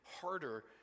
harder